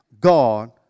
God